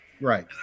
Right